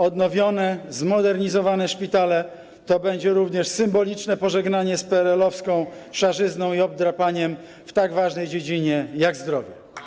Odnowione, zmodernizowane szpitale to będzie symboliczne pożegnanie z PRL-owską szarzyzną i obdrapaniem w tak ważnej dziedzinie jak zdrowie.